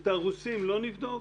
את הרוסים לא נבדוק?